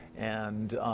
and